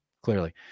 clearly